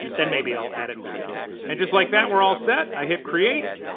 then maybe i'll add it back in. and just like that, we're all set! i hit create,